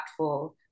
impactful